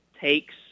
takes